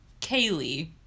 Kaylee